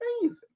amazing